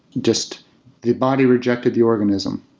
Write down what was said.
just the body rejected the organism.